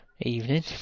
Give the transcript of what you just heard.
Evening